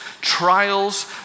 trials